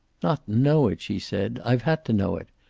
not know it! she said. i've had to know it.